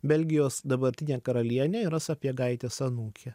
belgijos dabartinė karalienė yra sapiegaitės anūkė